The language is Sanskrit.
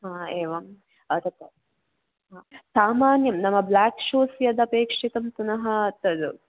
आम् एवं सामान्यं नाम ब्लेक् शूस् यदपेक्षितं पुनः तत्